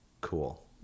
cool